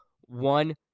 one